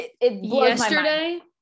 yesterday